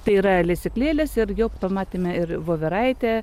tai yra lesyklėlės ir jau pamatėme ir voveraitę